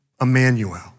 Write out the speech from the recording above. Emmanuel